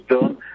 done